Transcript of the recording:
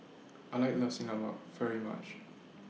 I like Nasi Lemak very much